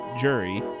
jury